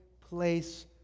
place